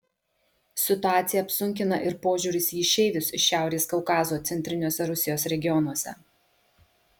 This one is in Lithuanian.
situaciją apsunkina ir požiūris į išeivius iš šiaurės kaukazo centriniuose rusijos regionuose